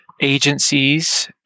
agencies